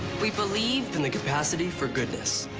we believe in the capacity for goodness